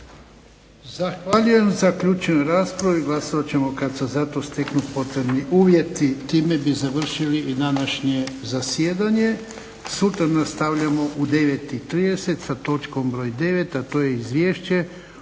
Zahvaljujem. Zaključujem raspravu i glasovat ćemo kada se za to steknu potrebni uvjeti. Time bi završili i današnje zasjedanje. Sutra nastavljamo u 9,30 sa točkom br. 9., a to je Izvješće